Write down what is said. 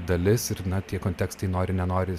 dalis ir na tie kontekstai nori nenori